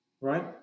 right